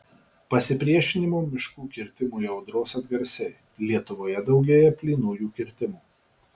pasipriešinimo miškų kirtimui audros atgarsiai lietuvoje daugėja plynųjų kirtimų